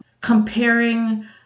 comparing